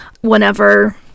whenever